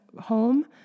home